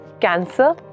Cancer